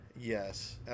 Yes